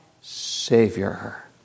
savior